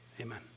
Amen